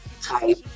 Type